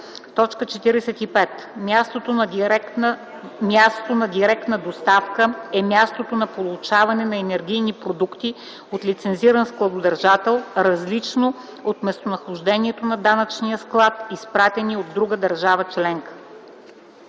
45: „45. „Място на директна доставка” е мястото на получаване на енергийни продукти от лицензиран складодържател, различно от местонахождението на данъчния склад, изпратени от друга държава членка”.”